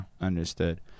understood